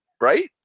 right